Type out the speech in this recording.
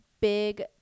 big